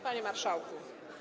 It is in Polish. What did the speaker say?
Panie Marszałku.